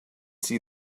see